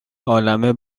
عالمه